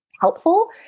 helpful